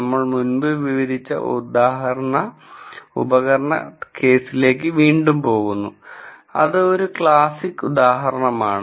നമ്മൾ മുൻപ് വിവരിച്ച ഉപകരണ ഉദാഹരണത്തിലേക്ക് വീണ്ടും പോകുന്നു അത് ഒരു ക്ലാസിക് ഉദാഹരണം ആണ്